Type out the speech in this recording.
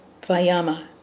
vayama